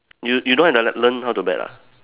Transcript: you you don't have the le~ learn how to bet ah